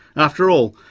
after all,